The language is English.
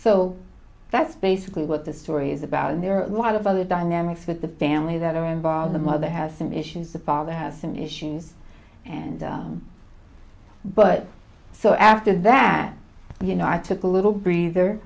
so that's basically what the story's about and there are a lot of other dynamics with the family that are involved the mother has some issues the father has some issues and but so after that you know i took a little breather